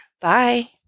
bye